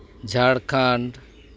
Jharkhand